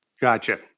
Gotcha